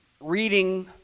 reading